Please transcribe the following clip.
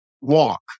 walk